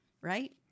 right